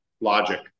logic